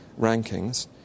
rankings